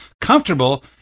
comfortable